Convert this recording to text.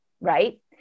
right